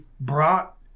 brought